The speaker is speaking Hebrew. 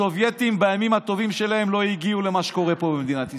הסובייטים בימים הטובים שלהם לא הגיעו למה שקורה פה במדינת ישראל.